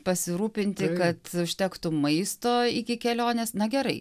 pasirūpinti kad užtektų maisto iki kelionės na gerai